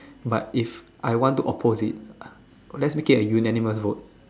but if I want to oppose it let's make it a unanimous vote